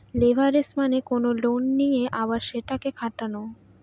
leverage মানে কোনো loan নিয়ে আবার সেটাকে খাটানো